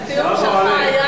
הסיום שלך היה